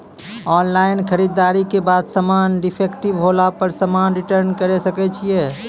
Online खरीददारी के बाद समान डिफेक्टिव होला पर समान रिटर्न्स करे सकय छियै?